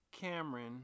Cameron